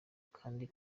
kandi